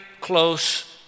close